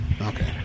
Okay